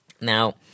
now